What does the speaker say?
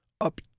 up